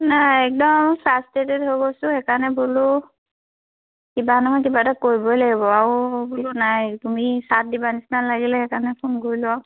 নাই একদম ফাষ্ট্ৰেটেডেড হৈ' গৈছোঁ সেইকাৰণে বোলো কিবা নহয় কিবা এটা কৰিবই লাগিব আৰু বোলো নাই তুমি চাথ দিবা নিচিনা লাগিলে সেইকাৰণে ফোন কৰিলো আৰু